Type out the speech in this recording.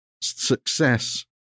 success